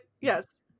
Yes